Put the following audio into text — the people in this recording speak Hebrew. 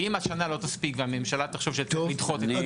אם השנה לא תספיק והממשלה תחשוב שצריך לדחות --- טוב,